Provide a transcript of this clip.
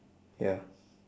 ya